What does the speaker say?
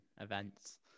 events